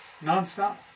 non-stop